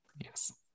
Yes